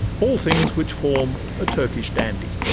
all things which form a turkish dandy.